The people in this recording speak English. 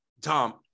Tom